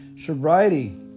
Sobriety